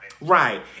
Right